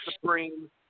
Supreme